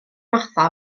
martha